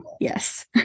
yes